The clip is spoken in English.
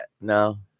No